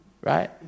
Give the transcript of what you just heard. right